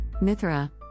Mithra